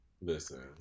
listen